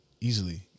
easily